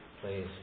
please